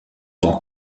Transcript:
tant